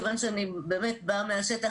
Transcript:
כיוון שאני באה מהשטח,